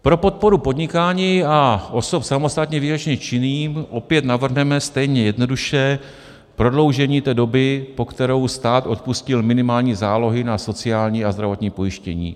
Pro podporu podnikání a osob samostatně výdělečných činných opět navrhneme stejně jednoduše prodloužení té doby, po kterou stát odpustil minimální zálohy na sociální a zdravotní pojištění.